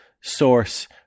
source